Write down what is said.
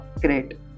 great